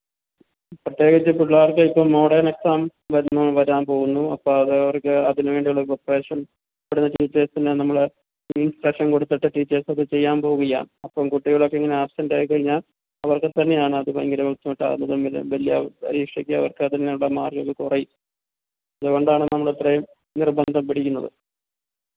പ്രത്യേകിച്ച് പിള്ളേർക്ക് ഇപ്പം മോഡേൺ എക്സാം വരുന്നു വരാൻ പോകുന്നു അപ്പം അത് അവർക്ക് അതിനു വേണ്ടിയുള്ള പ്രിപ്പറേഷൻ കൂടുതൽ ടീച്ചേഴ്സിന് നമ്മൾ ഇൻസ്ട്രക്ഷൻ കൊടുത്തിട്ട് ടീച്ചേഴ്സ് അതു ചെയ്യാൻ പോകുകയാണ് അപ്പം കുട്ടികളൊക്കെ ഇങ്ങനെ ആബ്സെൻ്റ് ആയിക്കഴിഞ്ഞാൽ അതൊക്കെത്തന്നെയാണത് ഭയങ്കര ബുദ്ധിമുട്ടാകുന്നത് വലിയ പരീക്ഷയ്ക്ക് അവർക്ക് അതിനുള്ള മാർക്ക് കുറയും അതു കൊണ്ടാണ് നമ്മളിത്രയും നിർബന്ധം പിടിക്കുന്നത്